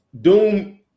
doom